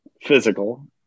physical